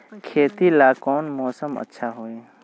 खेती ला कौन मौसम अच्छा होई?